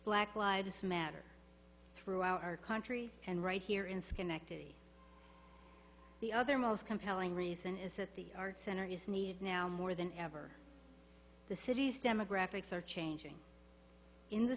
black lives matter throughout our country and right here in schenectady the other most compelling reason is that the arts center is needed now more than ever the city's demographics are changing in the